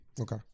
Okay